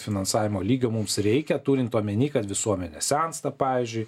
finansavimo lygio mums reikia turint omeny kad visuomenė sensta pavyzdžiui